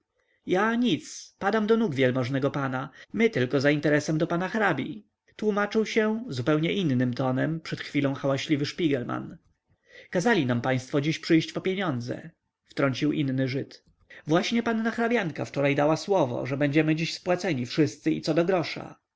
ja nic padam do nóg wielmożnego pana my tylko za interesem do pana hrabi tłomaczył się zupełnie innym tonem przed chwilą hałaśliwy szpigelman kazali nam państwo dziś przyjść po pieniądze wtrącił inny żyd właśnie panna hrabianka wczoraj dała słowo że będziemy dziś spłaceni wszyscy i co do grosza